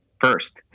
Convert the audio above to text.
first